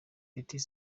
petit